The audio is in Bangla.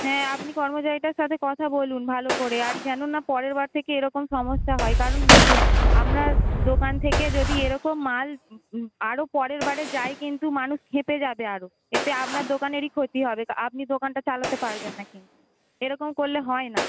হ্যাঁ আপনি কর্মচারীটার সাথে কথা বলুন ভালো করে আর যেন না পরের বার থেকে এরকম সমস্যা হয় কারণ দেখুন আপনার দোকান থেকে যদি এরকম মাল আরও পরের বারে যায় কিন্তু মানুষ ক্ষেপে যাবে আরও এতে আপনার দোকানেরই ক্ষতি হবে কা আপনি দোকানটা চালাতে পারবেন না কিন্তু এরকম করলে হয় না